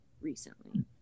recently